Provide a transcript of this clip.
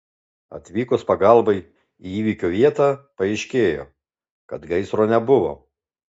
atvykus pagalbai į įvykio vietą paaiškėjo kad gaisro nebuvo